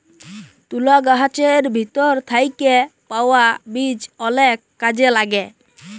তুলা গাহাচের ভিতর থ্যাইকে পাউয়া বীজ অলেক কাজে ল্যাগে